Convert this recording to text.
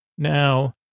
Now